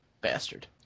Bastard